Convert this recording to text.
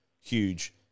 huge